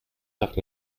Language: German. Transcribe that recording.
nach